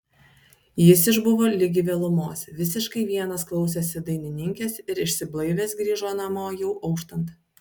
jis išbuvo ligi vėlumos visiškai vienas klausėsi dainininkės ir išsiblaivęs grįžo namo jau auštant